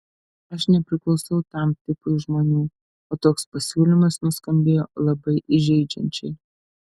aš nepriklausau tam tipui žmonių o toks pasiūlymas nuskambėjo labai įžeidžiančiai